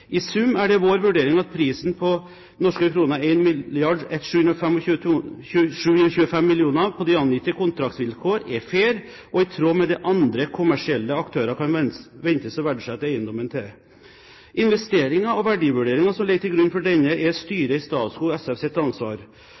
«I sum er det vår vurdering at prisen på NOK 1 725 mill, på de angitte kontraktsvilkår, er fair og i tråd med det andre kommersielle aktører kan ventes å verdsette eiendommen til.» Investeringen og verdivurderingen som ligger til grunn for denne, er Statskog SFs styres ansvar. På bakgrunn av det grundige arbeidet som er gjort i